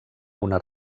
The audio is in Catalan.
una